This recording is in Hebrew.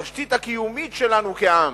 התשתית הקיומית שלנו כעם,